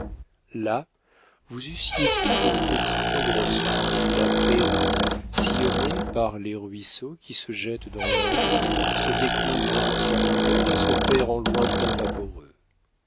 là vous eussiez dit d'un petit coin de la suisse la prairie sillonnée par les ruisseaux qui se jettent dans l'indre se découvre dans sa longueur et se perd en lointains vaporeux